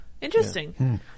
Interesting